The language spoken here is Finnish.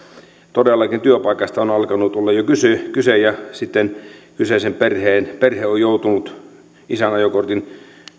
todellakin työpaikasta on alkanut olla jo kyse ja sitten kyseinen perhe on joutunut isän ajokortin